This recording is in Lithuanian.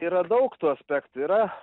yra daug tų aspektų yra